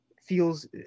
feels